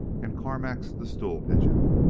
and carmack's the stool-pigeon.